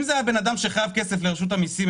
אם זה היה בן אדם שחייב כסף לרשות המיסים,